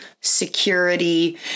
security